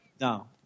No